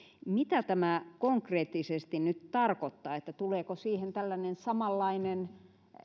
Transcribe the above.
mitä tämä konkreettisesti nyt tarkoittaa tuleeko siihen tällainen samanlainen